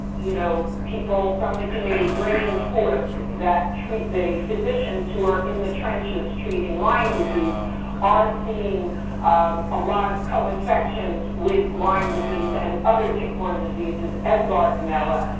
you know, people from the committee bringing forth that treat-the physicians who are in the trenches treating lyme disease are seeing a lot of co-infections with lyme disease and other tick-borne diseases and bartonella.